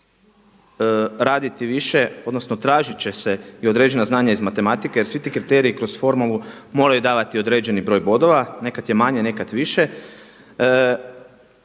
raditi više, odnosno tražit će se i određena znanja iz matematike jer svi ti kriteriji kroz formulu moraju davati određeni broj bodova. Nekad je manje, nekad više.